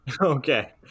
Okay